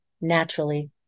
naturally